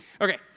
Okay